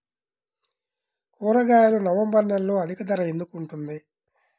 కూరగాయలు నవంబర్ నెలలో అధిక ధర ఎందుకు ఉంటుంది?